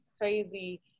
crazy